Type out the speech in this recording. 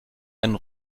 einen